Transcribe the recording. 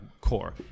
core